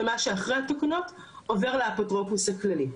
ומה שאחרי התקנות עובר לאפוטרופוס הכללי.